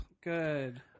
Good